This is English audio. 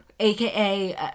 AKA